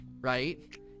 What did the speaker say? right